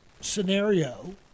scenario